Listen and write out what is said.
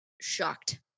Shocked